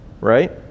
right